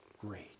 great